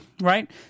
Right